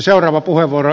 herra puhemies